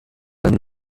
einen